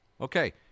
Okay